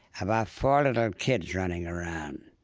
about four little kids running around.